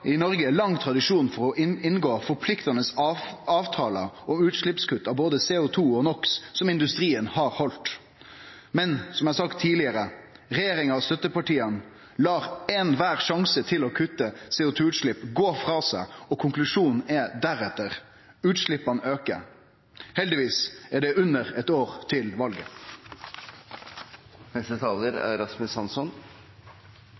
i Noreg lang tradisjon for å inngå forpliktande avtalar om utsleppskutt av både CO 2 og NO X som industrien har halde. Men, som eg har sagt tidlegare: Regjeringa og støttepartia lèt alle sjansar til å kutte CO 2 -utslepp gå frå seg, og konklusjonen er deretter: Utsleppa aukar. Heldigvis er det under eitt år til valet.